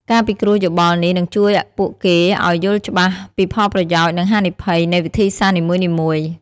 ការពិគ្រោះយោបល់នេះនឹងជួយពួកគេឲ្យយល់ច្បាស់ពីផលប្រយោជន៍ និងហានិភ័យនៃវិធីសាស្ត្រនីមួយៗ។